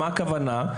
מה הכוונה?